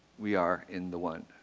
we are in the one.